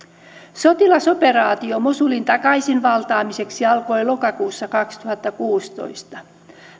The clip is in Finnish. sotilasoperaatio mosulin takaisinvaltaamiseksi alkoi lokakuussa kaksituhattakuusitoista